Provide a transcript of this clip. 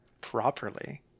properly